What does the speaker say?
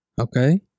Okay